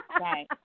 Right